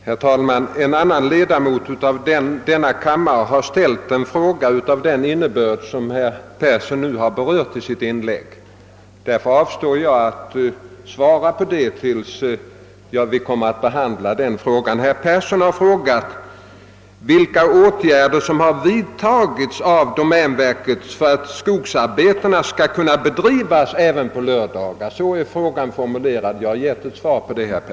Herr talman! En annan ledamot av denna kammare har ställt en fråga av den innebörd som herr Persson i Heden tog upp i sitt inlägg, och därför avstår jag från att svara härpå tills vi behandlar den frågan. Herr Persson i Heden har frågat vilka åtgärder som vidtagits av domänverket för att skogsarbeten skall kunna bedrivas även på lördagar. Så är hans fråga formulerad, och jag har svarat härpå.